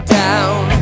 down